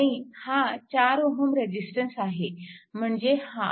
आणि हा 4 Ω रेजिस्टन्स आहे म्हणजे हा